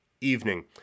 evening